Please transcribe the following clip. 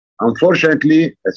Unfortunately